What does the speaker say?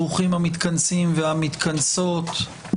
ברוכים המתכנסים והמתכנסות.